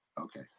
Okay